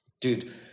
Dude